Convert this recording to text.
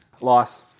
Loss